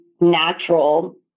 natural